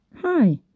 Hi